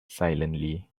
silently